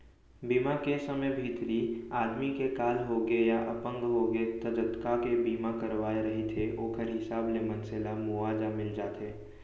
बीमा के समे भितरी आदमी के काल होगे या अपंग होगे त जतका के बीमा करवाए रहिथे ओखर हिसाब ले मनसे ल मुवाजा मिल जाथे